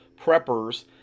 preppers